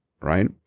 right